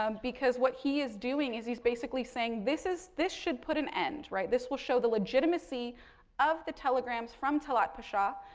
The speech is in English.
um because, what he is doing is, he's basically saying this is, this will put an end, right, this will show the legitimacy of the telegrams from talat pasha.